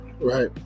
Right